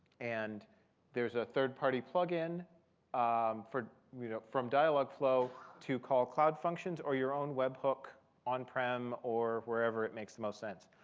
and there's a third-party plug-in um from you know from dialogflow to call cloud functions, or your own web hook on-prem, or wherever it makes the most sense.